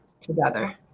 together